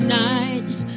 nights